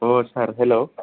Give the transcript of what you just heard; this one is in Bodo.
सार हेलौ